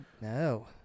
No